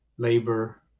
labor